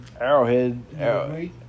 Arrowhead